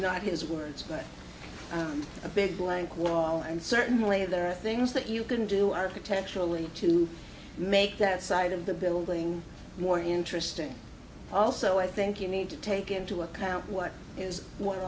not his words going to a big blank wall and certainly there are things that you can do architecturally to make that side of the building more interesting also i think you need to take into account what is